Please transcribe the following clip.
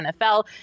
NFL